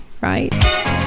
right